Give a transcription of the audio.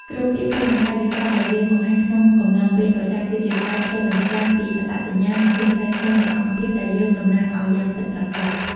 គ្រប់ពាក្យពេចន៍ និងកាយវិការដែលយើងបង្ហាញក្នុងកំឡុងពេលចរចា គឺជាការឆ្លុះបញ្ចាំងពីអត្តសញ្ញាណ និងភាពថ្លៃថ្នូរនៃអង្គភាពដែលយើងតំណាងឱ្យយ៉ាងពិតប្រាកដ។